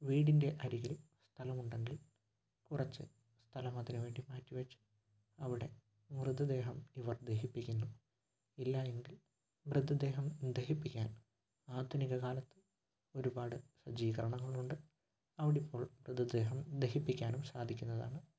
വീടിൻ്റെ അരികിൽ സ്ഥലമുണ്ടങ്കിൽ കുറച്ച് സ്ഥലമതിന് വേണ്ടി മാറ്റിവച്ച് അവിടെ മൃതദേഹം ഇവർ ദഹിപ്പിക്കുന്നു ഇല്ലായെങ്കിൽ മൃതദേഹം ദഹിപ്പിക്കാൻ ആധുനിക കാലത്ത് ഒരുപാട് സജ്ജീകരണങ്ങളുണ്ട് അവിടെയിപ്പോൾ മൃതദേഹം ദഹിപ്പിക്കാനും സാധിക്കുന്നതാണ്